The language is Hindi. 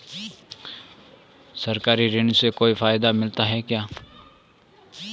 सरकारी ऋण से कोई फायदा मिलता है क्या?